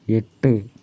എട്ട്